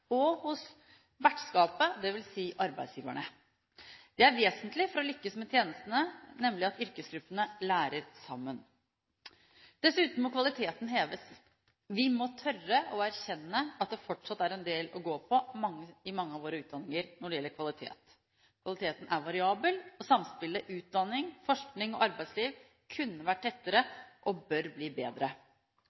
og hos vertskapet, dvs. arbeidsgiverne. Det er vesentlig for å lykkes med tjenestene at yrkesgruppene lærer sammen. Dessuten må kvaliteten heves. Vi må tørre å erkjenne at det fortsatt er en del å gå på når det gjelder kvalitet i mange av våre utdanninger. Kvaliteten er variabel, og samspillet utdanning, forskning og arbeidsliv kunne vært tettere, og bør bli bedre.